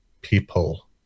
people